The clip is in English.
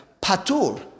Patur